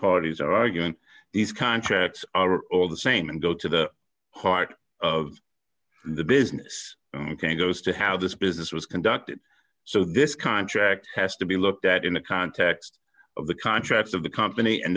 parties argument these contracts are all the same and go to the heart of the business goes to how this business was conducted so this contract has to be looked at in the context of the contracts of the company and